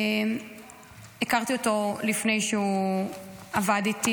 שהכרתי עוד לפני שהוא עבד איתי,